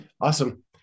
Awesome